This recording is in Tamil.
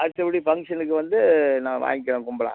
அடுத்தபடி ஃபங்க்ஷனுக்கு வந்து நான் வாங்கிக்கிறேன் கும்பலாக